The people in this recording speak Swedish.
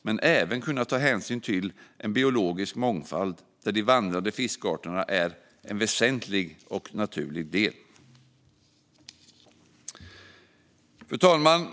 Man ska även kunna ta hänsyn till en biologisk mångfald där de vandrande fiskarterna är en väsentlig och naturlig del. Fru talman!